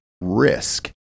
risk